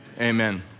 Amen